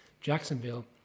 Jacksonville